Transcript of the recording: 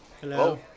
Hello